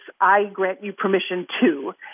I-grant-you-permission-to